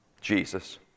Jesus